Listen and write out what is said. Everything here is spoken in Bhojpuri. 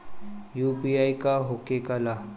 यू.पी.आई का होके ला?